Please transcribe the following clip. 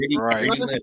Right